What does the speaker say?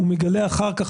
והוא מגלה אחר כך,